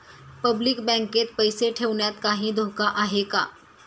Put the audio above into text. Public बँकेत पैसे ठेवण्यात काही धोका आहे का?